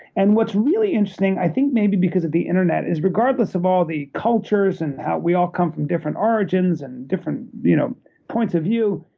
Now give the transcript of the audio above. and what's really interesting, i think maybe because of the internet is regardless of all the cultures and how we all come from different origins and different you know points of view,